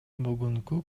бүгүнкү